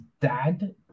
dad